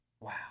Wow